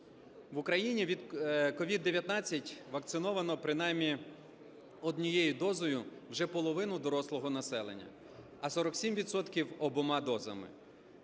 В Україні від COVID-19 вакциновано принаймні однією дозою вже половину дорослого населення, а 47 відсотків – обома дозами.